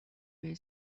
بیای